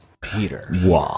Peter